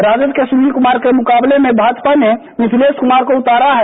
राजद के सुनील कुमार के मुकाबले में भाजपा ने मिथिलेश कुमार को उतारा है